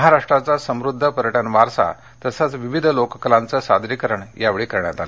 महाराष्ट्राचा समृद्ध पर्यटन वारसा तसच विविध लोककलांचं सादरीकरण यावेळी करण्यात आलं